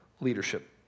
leadership